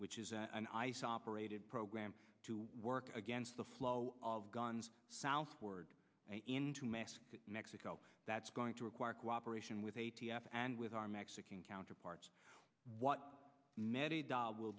which is an ice operated program to work against the flow of guns southward into mass to mexico that's going to require cooperation with a t f and with our mexican counterparts what w